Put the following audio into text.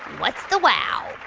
what's the wow?